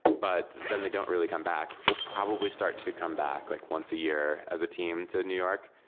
but then they don't really come back. will probably start to come back like once a year as a team to new york,